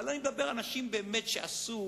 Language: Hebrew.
אבל אני מדבר על אנשים שבאמת עשו,